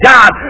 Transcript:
God